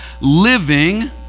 living